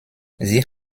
sie